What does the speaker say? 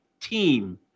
team